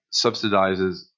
subsidizes